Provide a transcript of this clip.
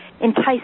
entice